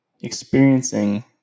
experiencing